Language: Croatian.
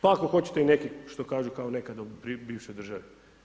Pa ako hoćete i neki što kažu kao nekada u bivšoj državi.